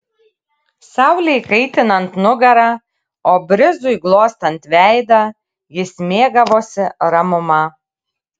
saulei kaitinant nugarą o brizui glostant veidą jis mėgavosi ramuma